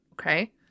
Okay